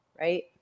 right